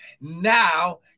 now